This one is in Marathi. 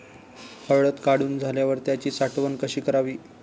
हळद काढून झाल्यावर त्याची साठवण कशी करावी?